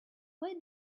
why